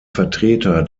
vertreter